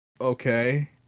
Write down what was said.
Okay